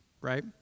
right